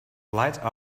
light